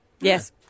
Yes